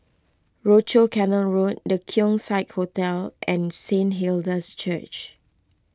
Rochor Canal Road the Keong Saik Hotel and Saint Hilda's Church